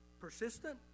persistent